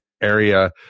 Area